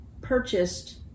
purchased